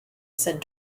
said